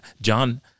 John